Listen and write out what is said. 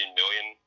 million